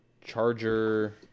charger